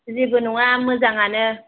जेबो नङा मोजाङानो